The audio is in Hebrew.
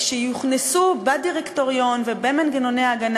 שיוכנסו בדירקטוריון ובמנגנוני ההגנה